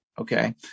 Okay